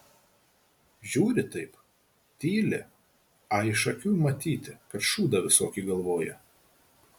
žiūri taip tyli a iš akių matyti kad šūdą visokį galvoja